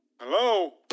Hello